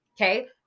Okay